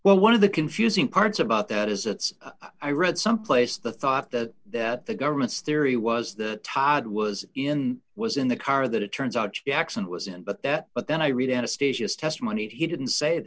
well one of the confusing parts about that is it's i read someplace the thought that that the government's theory was that todd was in was in the car that it turns out the accident was in but that but then i read anastasia's testimony he didn't say